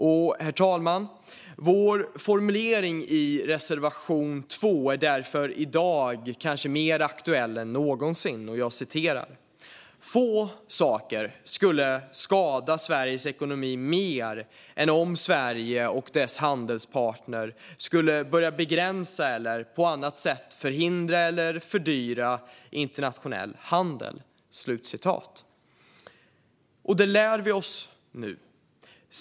Herr talman! Vår formulering i reservation 2 är därför i dag kanske mer aktuell än någonsin: "Få saker skulle skada Sveriges ekonomi mer än om Sverige och dess handelspartner skulle börja begränsa eller på andra sätt förhindra eller fördyra internationell handel." Det lär vi oss nu.